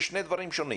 אלה שני דברים שונים.